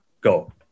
Go